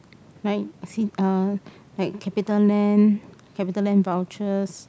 like you see uh like capital land capital land vouchers